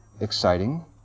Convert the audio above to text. exciting